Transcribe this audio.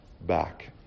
back